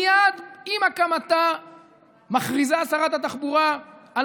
מייד עם הקמתה מכריזה שרת התחבורה על